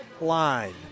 line